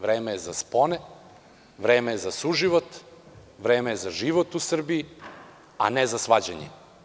Vreme je spone, vreme je za suživot, vreme je za život u Srbiji, a ne za svađanje.